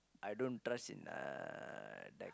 I don't trust in uh that